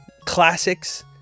classics